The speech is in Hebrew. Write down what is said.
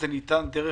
זה ניתן דרך